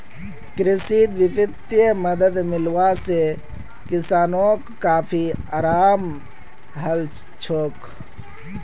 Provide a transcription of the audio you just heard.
कृषित वित्तीय मदद मिलवा से किसानोंक काफी अराम हलछोक